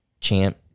champ